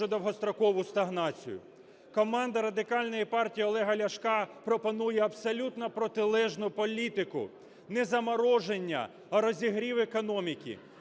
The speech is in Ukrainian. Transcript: довгострокову стагнацію. Команда Радикальної партії Олега Ляшка пропонує абсолютно протилежну політику. Не замороження, а розігрів економіки,